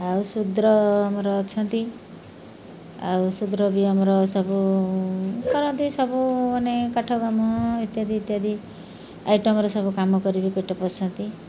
ଆଉ ଶୁଦ୍ର ଆମର ଅଛନ୍ତି ଆଉ ଶୁଦ୍ର ବି ଆମର ସବୁ କରନ୍ତି ସବୁ ମାନେ କାଠ କାମ ଇତ୍ୟାଦି ଇତ୍ୟାଦି ଆଇଟମ୍ର ସବୁ କାମ କରିବି ପେଟ ପୋଷନ୍ତି